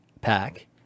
pack